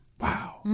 Wow